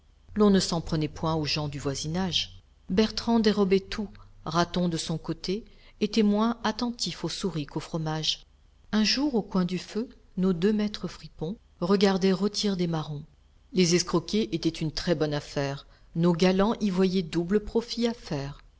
l'on ne s'en prenait point aux gens du voisinage bertrand dérobait tout raton de son côté était moins attentif aux souris qu'au fromage un jour au coin du feu nos deux maîtres fripons regardaient rôtir des marrons les escroquer était une très bonne affaire nos galants y voyaient double profit à faire